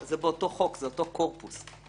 שהן מה שמטריד אותנו באופן אמתי,